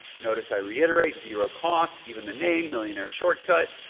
notice i reiterate zero costs. even the name millionaire shortcut.